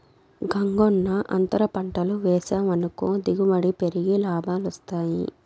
గంగన్నో, అంతర పంటలు వేసావనుకో దిగుబడి పెరిగి లాభాలొస్తాయి